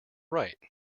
right